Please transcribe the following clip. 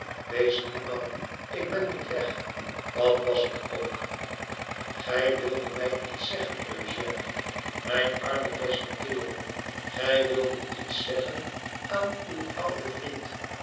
wees niet bang ik ben niet weg wat was het ook gij wildet mij iets zeggen eugène mijn arme beste kerel gij wildet iets zeggen aan uw ouden vriend